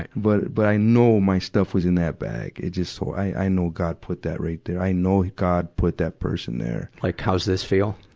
but, but i know my stuff was in that bag. it just so i, i know god put that right there. i know god put that person there. like, how's this feel?